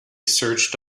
searched